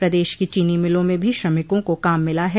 प्रदेश की चीनी मिलों में भी श्रमिकों को काम मिला है